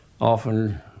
often